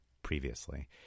Previously